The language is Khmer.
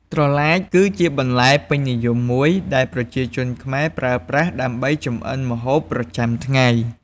ត្រឡាចគឺជាបន្លែពេញនិយមមួយដែលប្រជាជនខ្មែរប្រើប្រាស់ ដើម្បីចម្អិនម្ហូបប្រចាំថ្ងៃ។